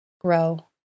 grow